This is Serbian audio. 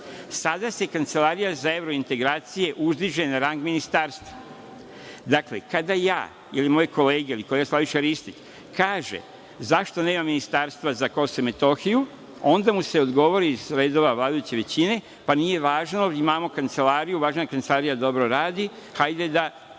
Sada se Kancelarija za evropske integracije uzdiže na rang ministarstva. Dakle, kada ja ili moje kolege ili kolega Slaviša Ristić kaže – zašto nema Ministarstva za Kosovu i Metohiju, onda mu se odgovori iz redova vladajuće većine – nije važno, imamo kancelariju, važno je da kancelarija dobro radi, nije važno